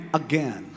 again